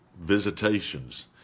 visitations